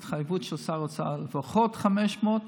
ההתחייבות של שר האוצר היא ללפחות 500,